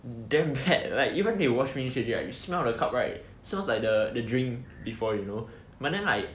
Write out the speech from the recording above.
damn bad like even they wash finish already right you smell the cup right smells like the the drink before you know but then like